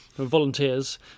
Volunteers